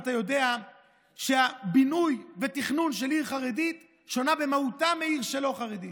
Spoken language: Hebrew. ואתה יודע שבינוי ותכנון של עיר חרדית שונים במהותם משל עיר לא חרדית.